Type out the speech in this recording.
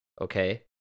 Okay